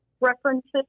references